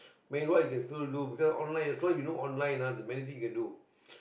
meanwhile you can still do because online as long as you know online many things you can do